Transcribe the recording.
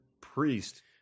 priest